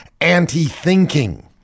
anti-thinking